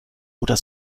oder